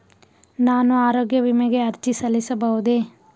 ನಾನು ಆರೋಗ್ಯ ವಿಮೆಗೆ ಅರ್ಜಿ ಸಲ್ಲಿಸಬಹುದೇ?